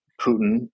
Putin